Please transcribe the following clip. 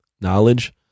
knowledge